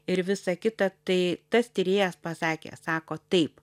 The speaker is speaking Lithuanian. ir visa kita tai tas tyrėjas pasakė sako taip